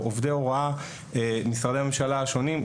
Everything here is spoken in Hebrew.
לעובדי ההוראה ולמשרדי הממשלה השונים.